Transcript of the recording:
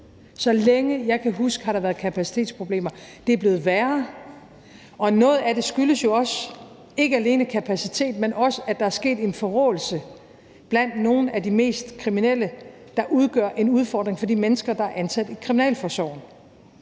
Så længe jeg kan huske, har der været kapacitetsproblemer. Det er blevet værre, og noget af det skyldes jo ikke alene kapaciteten, men også, at der er sket en forråelse blandt nogle af de mest kriminelle, hvilket udgør en udfordring for de mennesker, der er ansat i kriminalforsorgen.